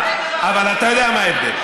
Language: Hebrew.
אוחנה, אבל אתה יודע מה ההבדל.